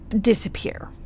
disappear